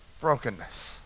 brokenness